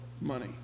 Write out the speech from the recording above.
money